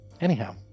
anyhow